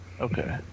okay